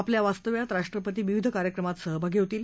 आपल्या वास्तव्यात राष्ट्रपती विविध कार्यक्रमात सहभागी होतील